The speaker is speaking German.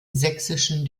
sächsischen